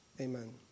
Amen